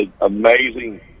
Amazing